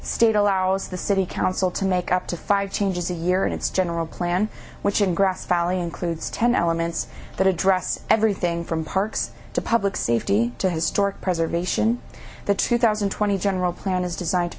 state allows the city council to make up to five changes a year in its general plan which in grass valley includes ten elements that address everything from parks to public safety to historic preservation the two thousand and twenty general plan is designed to